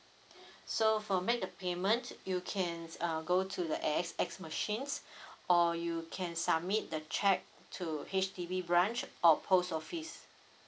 so for make the payment you can uh go to the A_X_S machines or you can submit the cheque to H_D_B branch or post office